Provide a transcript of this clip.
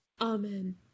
Amen